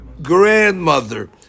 Grandmother